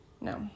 No